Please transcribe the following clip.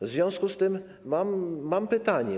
W związku z tym mam pytanie.